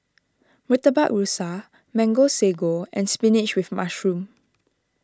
Murtabak Rusa Mango Sago and Spinach with Mushroom